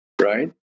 right